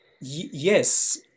yes